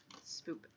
Spoop